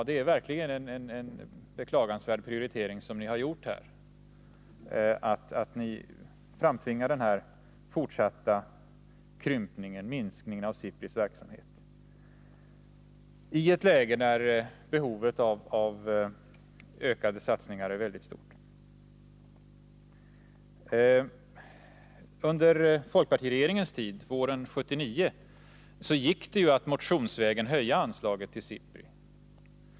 Det är verkligen en beklaglig prioritering som ni har gjort, när ni framtvingar den här fortsatta krympningen av SIPRI:s verksamhet i ett läge där behovet av ökad satsning är mycket stort. Under folkpartiregeringens tid, våren 1979, gick det att motionsvägen höja anslaget till SIPRI.